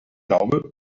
glaube